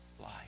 life